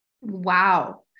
Wow